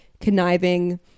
conniving